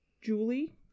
Julie